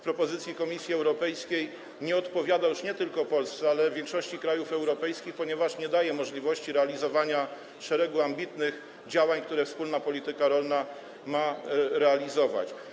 Propozycja Komisji Europejskiej w tym zakresie nie odpowiada już nie tylko Polsce, ale większości krajów europejskich, ponieważ nie daje możliwości realizowania szeregu ambitnych działań, które wspólna polityka rolna ma realizować.